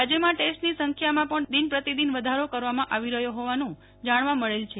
રાજ્યમાં ટેસ્ટની સંખ્યામાં પણ દિન પ્રતિદિન વધારો કરવામાં આવી રહ્યો હોવાનું જાણવા મળેલ છે